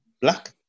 black